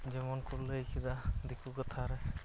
ᱡᱮᱢᱚᱱᱠᱚ ᱞᱟᱹᱭ ᱠᱮᱫᱟ ᱫᱤᱠᱩ ᱠᱟᱛᱷᱟᱨᱮ